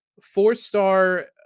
Four-star